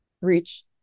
reach